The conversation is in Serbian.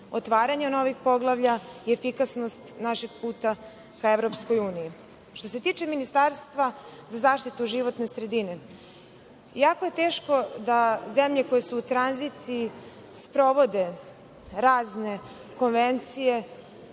otvaranja novih poglavlja i efikasnost našeg puta ka EU. Što se tiče ministarstva za zaštitu životne sredine, jako je teško da zemlje koje su u tranziciji sprovode razne konvencije